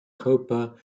coppa